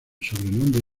sobrenombre